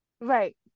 right